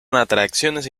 atracciones